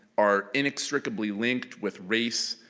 are inextricably linked with race,